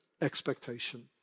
expectation